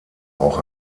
auch